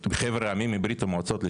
מברית המועצות לשעבר.